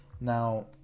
now